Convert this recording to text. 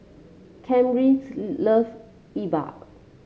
Camryn love Yi Bua